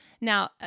Now